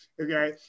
Okay